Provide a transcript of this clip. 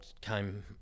came